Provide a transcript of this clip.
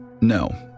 no